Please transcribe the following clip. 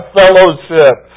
fellowship